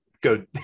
go